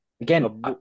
Again